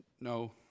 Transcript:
No